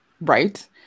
Right